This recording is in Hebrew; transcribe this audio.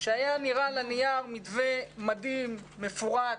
שהיה נראה על הנייר מתווה מדהים, מפורט.